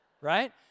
right